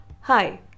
Hi